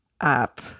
up